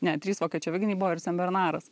ne trys vokiečių aviganiai buvo ir senbernaras